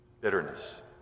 bitterness